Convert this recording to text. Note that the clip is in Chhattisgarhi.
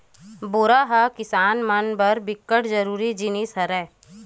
बोरा ह किसान मन बर बिकट जरूरी जिनिस हरय